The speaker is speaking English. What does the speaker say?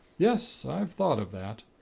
yes, i've thought of that.